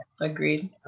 Agreed